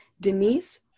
denise